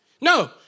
No